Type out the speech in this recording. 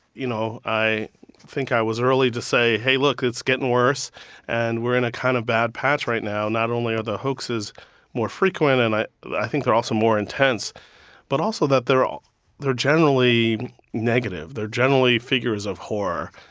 you know, i think i was early to say, hey, look, it's getting worse and we're in a kind of bad patch right now. not only are the hoaxes more frequent and i i think they're also more intense but also that they're generally negative. they're generally figures of horror,